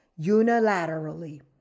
unilaterally